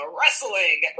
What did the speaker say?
wrestling